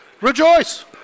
Rejoice